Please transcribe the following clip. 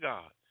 God